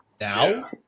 now